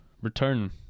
return